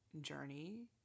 journey